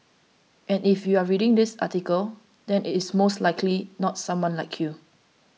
and if you are reading this article then it is most likely not someone like you